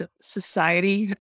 society